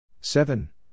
Seven